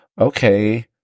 okay